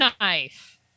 knife